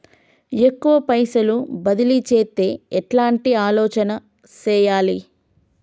ఎక్కువ పైసలు బదిలీ చేత్తే ఎట్లాంటి ఆలోచన సేయాలి?